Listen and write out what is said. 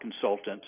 Consultants